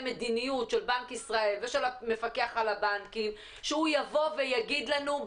מדיניות של בנק ישראל ושל המפקח על הבנקים שהוא יבוא ויגיד לנו,